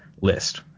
list